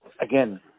Again